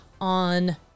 on